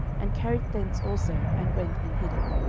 and carried thence also, and went and hid it.